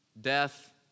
death